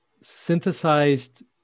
synthesized